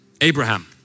Abraham